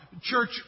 church